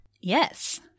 Yes